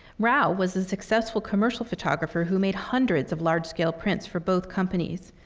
rao was a successful commercial photographer who made hundreds of large-scale prints for both companies.